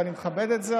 ואני מכבד את זה,